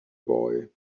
boy